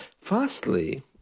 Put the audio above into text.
Firstly